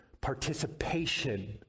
participation